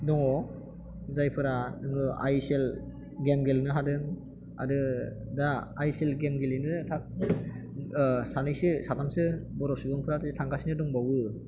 दङ जायफोरहा नोङो आइ एस एल गेम गेलेनो हादों आरो दा आइ एस एल गेम गेलेनो सानैसो साथामसो बर' सुबुंफोरा दि थांगासिनो दंबावो